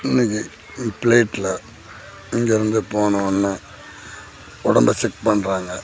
இன்றைக்கி பிளைட்டில் இங்கே இருந்து போன ஒடனே உடம்ப செக் பண்ணுறாங்க